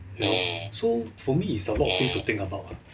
you know so for me it's a lot of things to think about